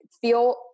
feel